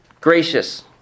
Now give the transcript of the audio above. gracious